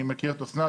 אני מכיר את אסנת,